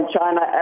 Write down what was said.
China